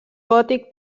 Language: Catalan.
gòtic